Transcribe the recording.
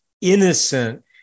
innocent